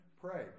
pray